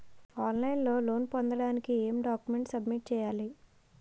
On line లో loan పొందటానికి ఎం డాక్యుమెంట్స్ సబ్మిట్ చేయాలి?